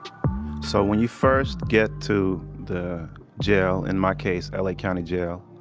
so when you first get to the jail, in my case l a county jail,